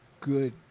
Good